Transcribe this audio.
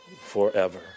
forever